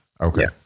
okay